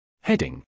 Heading